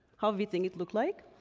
how everything it looked like.